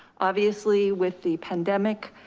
obviously with the pandemic,